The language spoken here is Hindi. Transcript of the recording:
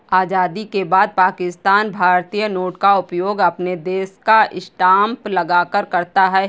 आजादी के बाद पाकिस्तान भारतीय नोट का उपयोग अपने देश का स्टांप लगाकर करता था